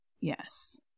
yes